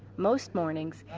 most mornings,